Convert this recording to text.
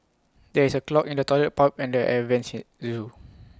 there is A clog in the Toilet Pipe and the air Vents at the Zoo